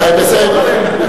תסמוך עלינו.